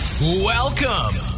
Welcome